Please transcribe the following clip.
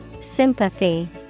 Sympathy